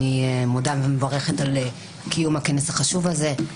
אני מודה ומברכת על קיום הכנס החשוב הזה.